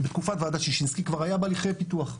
בתקופת ועדת שישינסקי כבר היה בהליכי פיתוח.